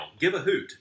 giveahoot